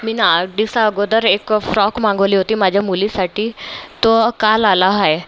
मी ना आठ दिवसाअगोदर एक फ्रॉक मागवली होती माझ्या मुलीसाठी तो काल आला आहे